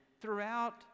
throughout